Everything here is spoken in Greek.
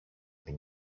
την